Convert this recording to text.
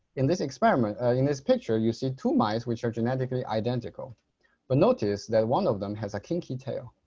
in this experiment, in this picture you see two mice which are genetically identical but notice that one of them has a kinky tail.